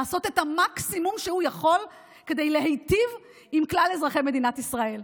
לעשות את המקסימום שהוא יכול כדי להיטיב עם כלל אזרחי מדינת ישראל.